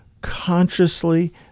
consciously